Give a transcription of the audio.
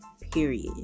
Period